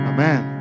Amen